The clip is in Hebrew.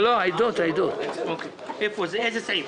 באיזו תוכנית?